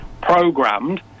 programmed